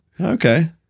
Okay